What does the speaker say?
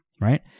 right